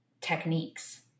techniques